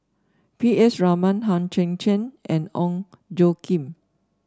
P S Raman Hang Chang Chieh and Ong Tjoe Kim